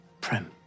Prem